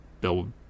build